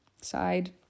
side